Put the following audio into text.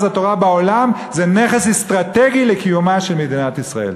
התורה בעולם זה נכס אסטרטגי לקיומה של מדינת ישראל.